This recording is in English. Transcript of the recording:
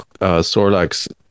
sorlax